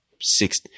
Six